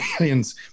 aliens